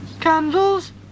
candles